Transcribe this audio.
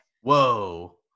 whoa